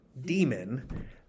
demon